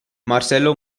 marcello